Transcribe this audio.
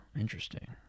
Interesting